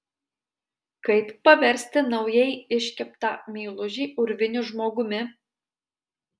kaip paversti naujai iškeptą meilužį urviniu žmogumi